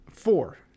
four